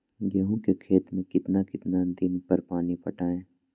गेंहू के खेत मे कितना कितना दिन पर पानी पटाये?